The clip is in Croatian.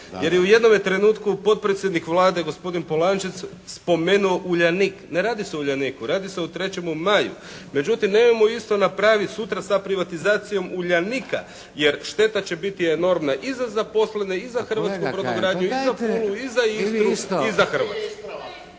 Jer je u jednome trenutku potpredsjednik Vlade gospodin Polančec spomenuo «Uljanik». Ne radi se o «Uljaniku». Radi se o 3. maju. Međutim nemremo isto napraviti sutra sa privatizacijom «Uljanika» jer šteta će biti enormna i za zaposlene i za hrvatsku brodogradnju… … /Upadica: Pa kolega Kajin,